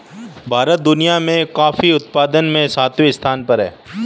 भारत दुनिया में कॉफी उत्पादन में सातवें स्थान पर है